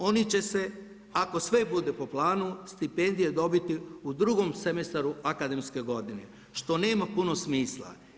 Oni će ako sve bude po planu stipendije dobiti u drugom semestru akademske godine što nema puno smisla.